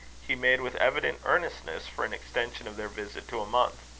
he made with evident earnestness, for an extension of their visit to a month.